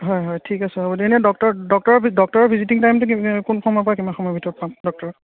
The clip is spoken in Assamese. হয় হয় ঠিক আছে হ'ব দিয়ক এনে ডক্টৰ ডক্টৰৰ ডক্টৰৰ ভিজিটিং টাইমটো কোন সময়ৰ পৰা কিমান সময়ৰ ভিতৰত পাম ডক্টৰ